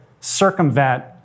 circumvent